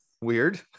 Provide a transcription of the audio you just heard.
weird